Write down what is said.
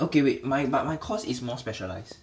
okay wait my but my course is more specialised